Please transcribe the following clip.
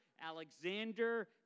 Alexander